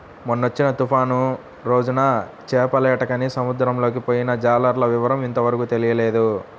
మొన్నొచ్చిన తుఫాను రోజున చేపలేటకని సముద్రంలోకి పొయ్యిన జాలర్ల వివరం ఇంతవరకు తెలియనేలేదు